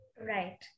Right